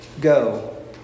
Go